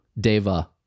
Deva